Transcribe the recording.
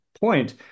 point